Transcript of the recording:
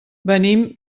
venim